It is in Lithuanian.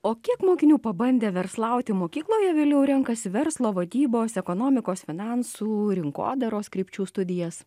o kiek mokinių pabandė verslauti mokykloje vėliau renkasi verslo vadybos ekonomikos finansų rinkodaros krypčių studijas